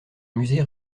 musée